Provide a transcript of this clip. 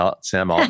Sam